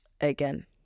again